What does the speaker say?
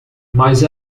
mas